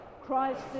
Christ